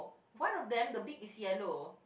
one of them the beak is yellow